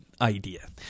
idea